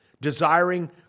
Desiring